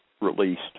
released